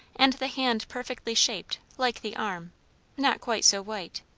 and the hand perfectly shaped, like the arm not quite so white.